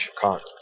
Chicago